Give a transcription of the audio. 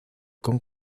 con